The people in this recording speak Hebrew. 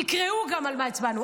תקראו גם על מה הצבענו.